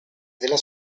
della